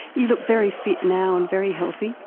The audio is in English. you look very fit now and very healthy.